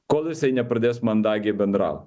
kol jisai nepradės mandagiai bendrau